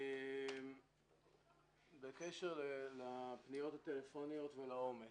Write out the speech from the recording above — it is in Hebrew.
בקשר לפניות הטלפוניות ולעומס,